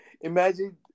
imagine